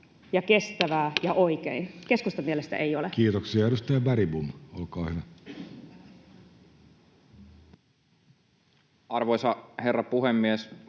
kestävää ja oikein? Keskustan mielestä ei ole. Kiitoksia. — Edustaja Bergbom, olkaa hyvä. Arvoisa herra puhemies!